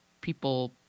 people